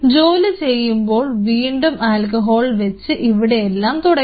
ജോലി കഴിയുമ്പോൾ വീണ്ടും ആൽക്കഹോൾ വെച്ച് ഇവിടെയെല്ലാം തുടയ്ക്കണം